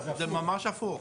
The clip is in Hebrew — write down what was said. תסביר.